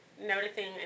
noticing